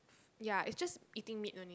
ya it's just eating meat only